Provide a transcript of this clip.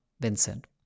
Vincent